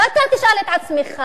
ואתה תשאל את עצמך: